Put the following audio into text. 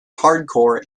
hardcore